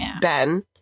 Ben